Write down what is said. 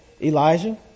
Elijah